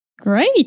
Great